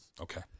Okay